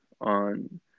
on